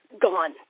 gone